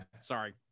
Sorry